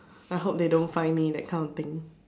I hope they don't find me that kind of thing